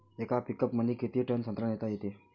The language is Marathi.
येका पिकअपमंदी किती टन संत्रा नेता येते?